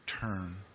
turn